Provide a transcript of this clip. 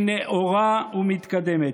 היא נאורה ומתקדמת.